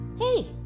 Hey